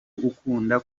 ukunda